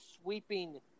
sweeping